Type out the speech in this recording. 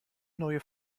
neue